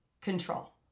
Control